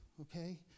okay